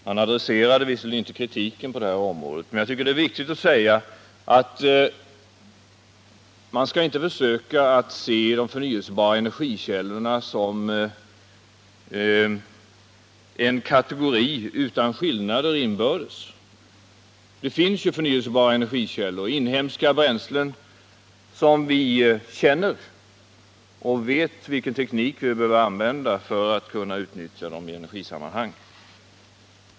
Han adresserade visserligen inte kritiken på det här området, men jag tycker det är viktigt att säga att man inte skall försöka se de förnyelsebara energikällorna som en kategori utan några skillnader inbördes. Det finns ju förnyelsebara energikällor, inhemska bränslen som vi känner till, och vi vet vilken teknik vi behöver använda för att utnyttja dem i energisammanhang.